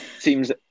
seems